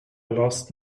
lost